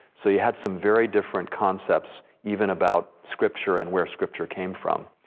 so you had some very different concepts even about scripture and where scripture came from.